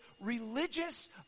religious